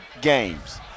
games